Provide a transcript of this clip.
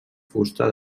fusta